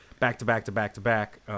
Back-to-back-to-back-to-back